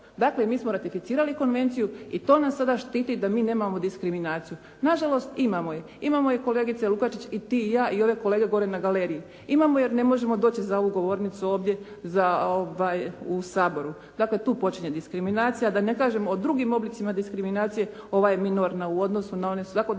Dakle, mi smo ratificirali konvenciju i to nas sada štiti da mi nemamo diskriminaciju. Na žalost, imamo je. Imamo je kolegice Lukačić i ti i ja i ove kolege gore na galeriji. Imamo jer nemamo ne možemo doći za ovu govornicu ovdje u Saboru. Dakle, tu počinje diskriminacija, da ne kažem o drugim oblicima diskriminacije, ova je minorna u odnosu na one svakodnevne